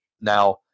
now